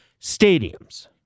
Stadiums